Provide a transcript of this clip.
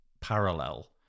parallel